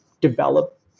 develop